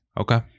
Okay